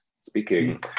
speaking